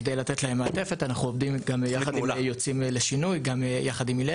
כדי לתת להם מעטפת אנחנו עובדים יחד עם יוצאים לשינוי,